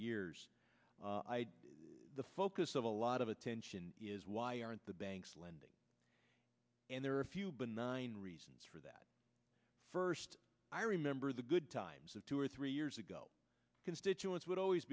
years the focus of a lot of attention is why aren't the banks lending and there are a few benign reasons for that first i remember the good times of two or three years ago constituents would always